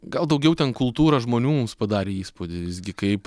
gal daugiau ten kultūra žmonių mums padarė įspūdį visgi kaip